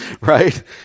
right